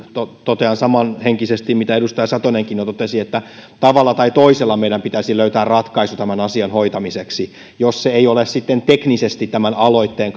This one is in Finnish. totean samanhenkisesti mitä edustaja satonenkin jo totesi että tavalla tai toisella meidän pitäisi löytää ratkaisu tämän asian hoitamiseksi jos se ei ole teknisesti tämän aloitteen